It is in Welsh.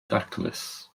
daclus